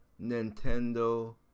Nintendo